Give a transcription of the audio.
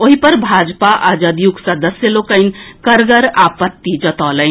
ओहि पर भाजपा आ जदयूक सदस्य लोकनि कड़गर आपत्ति जतौलनि